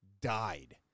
died